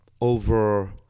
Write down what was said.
over